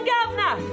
Governor